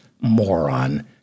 moron